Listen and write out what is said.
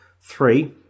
Three